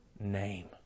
name